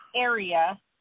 area